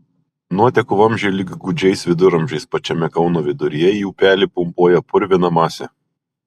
nuotekų vamzdžiai lyg gūdžiais viduramžiais pačiame kauno viduryje į upelį pumpuoja purviną masę